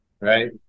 right